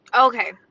Okay